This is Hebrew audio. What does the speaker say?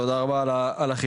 תודה רבה רות על החידוד.